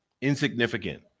insignificant